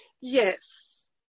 Yes